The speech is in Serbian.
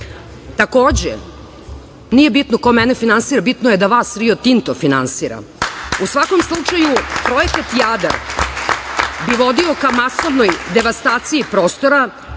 interes. Takođe, nije bitno ko mene finansira, bitno je da vas "Rio Tinto" finansira.U svakom slučaju, projekat "Jadar" bi vodio ka masovnoj devastaciji prostora,